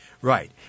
Right